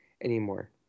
anymore